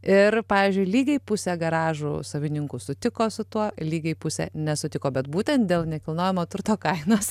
ir pavyzdžiui lygiai pusė garažų savininkų sutiko su tuo lygiai pusė nesutiko bet būtent dėl nekilnojamo turto kainos